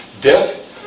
Death